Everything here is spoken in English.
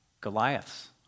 Goliath's